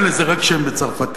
היה לזה רק שם בצרפתית,